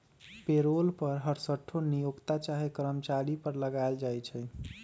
payroll कर हरसठ्ठो नियोक्ता चाहे कर्मचारी पर लगायल जाइ छइ